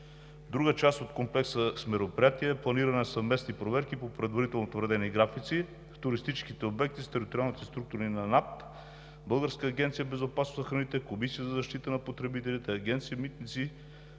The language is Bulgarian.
Друга част от комплекса с мероприятия е: планиране на съвместни проверки по предварително утвърдени графици в туристическите обекти с териториалните структури на НАП, Българската агенция по безопасност на храните, Комисията за защита на потребителите, Агенция „Митници“,